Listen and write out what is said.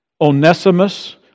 Onesimus